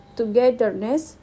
togetherness